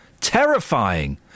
terrifying